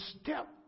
step